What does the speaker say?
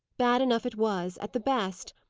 bad enough it was, at the best,